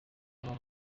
aba